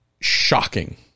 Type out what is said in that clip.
shocking